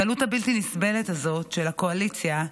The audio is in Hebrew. הקלות הבלתי-נסבלת הזאת של הקואליציה,